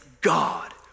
God